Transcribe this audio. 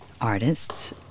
artists